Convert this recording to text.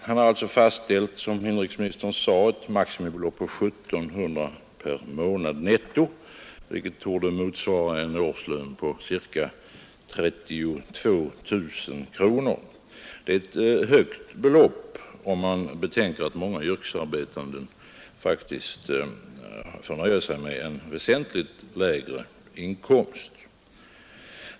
Den sakkunnige har alltså, som inrikesministern sade, fastställt ett maximibelopp på 1 700 kronor per månad netto, vilket torde motsvara en årslön på ca 32 000 kronor. Det är ett högt belopp, om man betänker att många yrkesarbetande faktiskt får nöja sig med en väsentligt lägre inkomst.